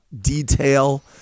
detail